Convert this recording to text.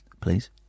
please